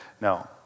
no